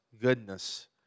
goodness